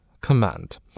command